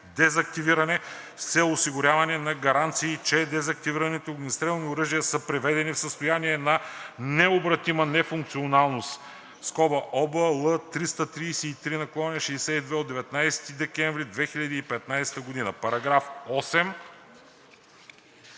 дезактивиране с цел осигуряване на гаранции, че дезактивираните огнестрелни оръжия са приведени в състояние на необратима нефункционалност (ОВ, L 333/62 от 19 декември 2015 г.).“